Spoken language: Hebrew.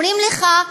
אומרים לך,